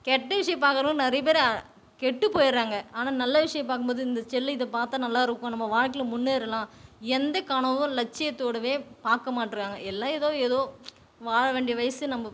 கெட்ட விஷயம் பாக்கறவங்க நிறைய பேர் கெட்டு போயிடுறாங்க ஆனால் நல்ல விஷயம் பார்க்கும்போது இந்த செல்லு இதை பார்த்தா நல்லாயிருக்கும் நம்ம வாழ்க்கையில் முன்னேறலாம் எந்த கனவும் லட்சியத்தோட பார்க்க மாட்டுறாங்க எல்லாம் ஏதோ ஏதோ வாழ வேண்டிய வயசு நம்ம